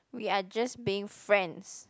we are just being friends